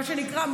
מה שנקרא,